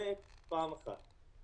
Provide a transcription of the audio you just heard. זה פעם אחת.